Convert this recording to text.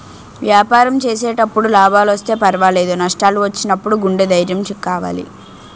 వ్యాపారం చేసేటప్పుడు లాభాలొస్తే పర్వాలేదు, నష్టాలు వచ్చినప్పుడు గుండె ధైర్యం కావాలి